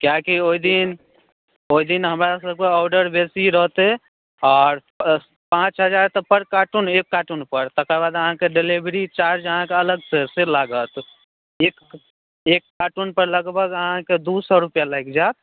किएकि ओहि दिन ओहि दिन हमरासभके ऑर्डर बेसी रहतै आओर पाँच हजार तऽ पर कार्टून एक कार्टून पर तेकर बाद अहाँके डिलीवरी चार्ज अहाँके अलगसे सऽ लागत एक कार्टून पर लगभग अहाँके दू सए रुपैआ लागि जायत